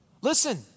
Listen